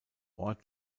ort